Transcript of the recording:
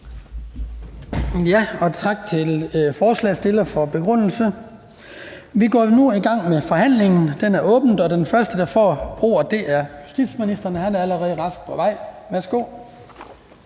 for forslagsstillerne for begrundelsen. Vi går nu i gang med forhandlingen. Den er åbnet. Den første, der får ordet, er justitsministeren, og han er allerede raskt på vej. Værsgo.